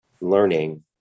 learning